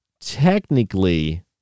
technically